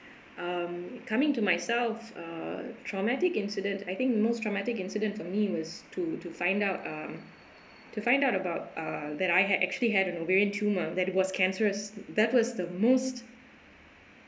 um coming to myself uh traumatic incident I think most traumatic incident for me was to to find out um to find out about uh that I had actually had an ovarian tumour that was cancerous that was the most